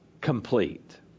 complete